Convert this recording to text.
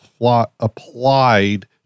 applied